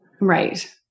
Right